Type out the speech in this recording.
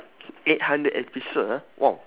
eight hundred episode ah !wah!